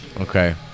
Okay